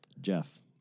Jeff